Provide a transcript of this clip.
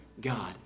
God